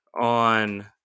on